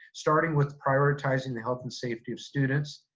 starting with prioritizing the health and safety of students,